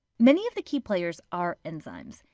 many of the key players are enzymes.